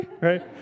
right